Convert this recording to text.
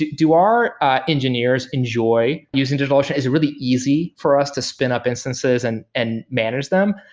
do our ah engineers enjoy using digitalocean? it's really easy for us to spin up instances and and manage them.